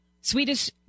Swedish